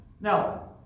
Now